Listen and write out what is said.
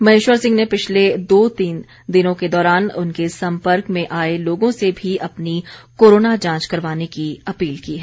महेश्वर सिंह ने पिछले दो तीन दिनों के दौरान उनके सम्पर्क में आए लोगों से भी अपनी कोरोना जांच करवाने की अपील की है